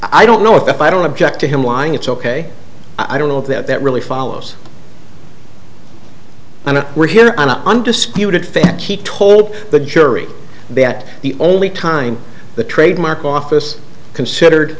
i don't know if i don't object to him lying it's ok i don't know if that really follows and we're here i'm not undisputed fact he told the jury that the only time the trademark office considered